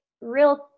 real